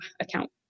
account